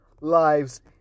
lives